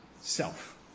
Self